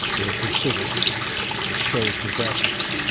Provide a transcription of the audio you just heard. they are considered historic disasters.